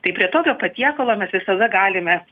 tai prie tokio patiekalo mes visada galime